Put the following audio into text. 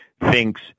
thinks